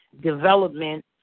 development